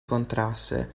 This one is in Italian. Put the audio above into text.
contrasse